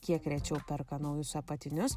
kiek rečiau perka naujus apatinius